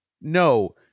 No